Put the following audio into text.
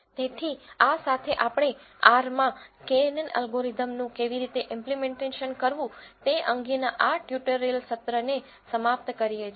તેથી આ સાથે આપણે R માં કેએનએન અલ્ગોરિધમનું કેવી રીતે ઈમ્પલીમેન્ટેશન કરવું તે અંગેના આ ટ્યુટોરીયલ સત્રને સમાપ્ત કરીએ છીએ